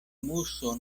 muso